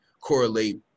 correlate